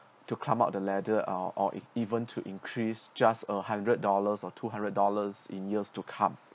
to climb up the ladder or or even to increase just a hundred dollars or two hundred dollars in years to come